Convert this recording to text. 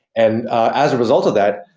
and as a result of that,